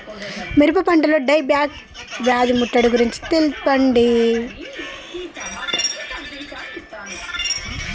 మిరప పంటలో dieback వ్యాధి ముట్టడి గురించి తెల్పండి?